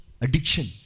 addiction